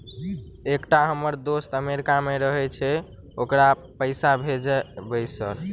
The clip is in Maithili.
एकटा हम्मर दोस्त अमेरिका मे रहैय छै ओकरा पैसा भेजब सर?